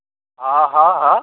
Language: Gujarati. હા હા હા